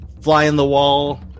Fly-in-the-Wall